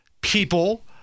people